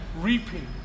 reaping